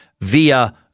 via